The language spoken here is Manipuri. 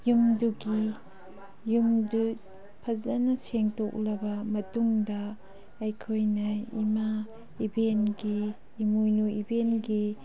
ꯌꯨꯝꯗꯨꯒꯤ ꯌꯨꯝꯗꯨ ꯐꯖꯅ ꯁꯦꯡꯗꯣꯛꯂꯕ ꯃꯇꯨꯡꯗ ꯑꯩꯈꯣꯏꯅ ꯏꯃꯥ ꯏꯕꯦꯟꯒꯤ ꯏꯃꯣꯏꯅꯨ ꯏꯕꯦꯟꯒꯤ